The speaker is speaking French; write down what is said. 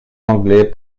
anglais